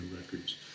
Records